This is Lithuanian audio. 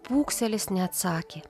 pūkselis neatsakė